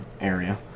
area